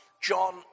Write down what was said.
John